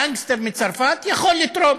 גנגסטר מצרפת יכול לתרום,